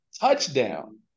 touchdown